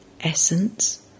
Essence